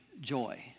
joy